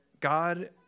God